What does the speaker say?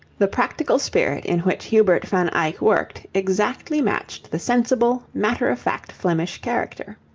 the practical spirit in which hubert van eyck worked exactly matched the sensible, matter-of-fact flemish character.